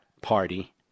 Party